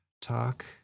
talk